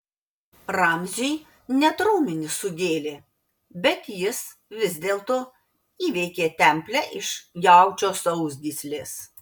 ramziui net raumenis sugėlė bet jis vis dėlto įveikė templę iš jaučio sausgyslės